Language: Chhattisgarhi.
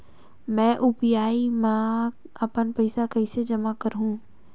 मैं यू.पी.आई मा अपन पइसा कइसे जांच करहु?